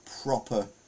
proper